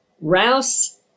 rouse